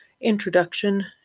introduction